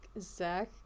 Zach